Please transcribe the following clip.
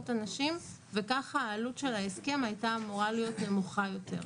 אנשים וככה העלות של ההסכם הייתה אמורה להיות נמוכה יותר.